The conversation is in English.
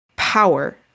power